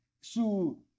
su